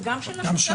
וגם של השוטר,